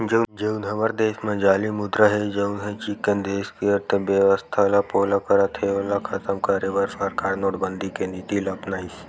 जउन हमर देस म जाली मुद्रा हे जउनहा चिक्कन देस के अर्थबेवस्था ल पोला करत हे ओला खतम करे बर सरकार नोटबंदी के नीति ल अपनाइस